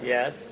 Yes